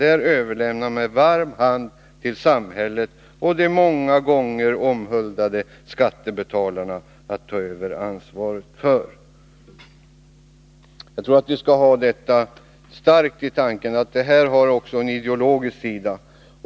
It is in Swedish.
Det överlämnar man med varm hand till samhället och de många gånger omhuldade skattebetalarna att ta över ansvaret för. Jag tror att vi skall ha klart för oss att detta också har en ideologisk sida.